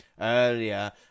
earlier